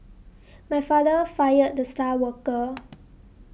my father fired the star worker